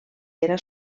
era